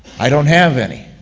i don't have any,